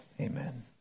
Amen